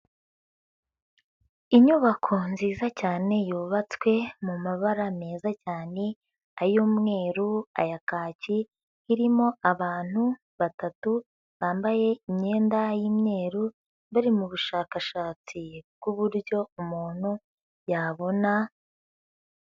Inyubako nziza cyane yubatswe mu mabara meza cyane ay'umweru, aya kaki irimo abantu batatu bambaye imyenda y'imyeru bari mubushakashatsi bw'uburyo umuntu yabona...